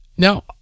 Now